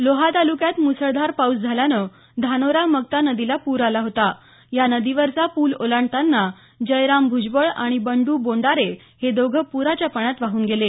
लोहा तालुक्यात मुसळधार पाऊस झाल्यानं धानोरा मक्ता नदीला पूर आला होता या नदीवरचा पुल ओलांडतांना जयराम भुजबळ आणि बंडू बोंडारे हे दोघे पुराच्या पाण्यात वाहून गेले